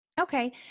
Okay